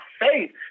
faith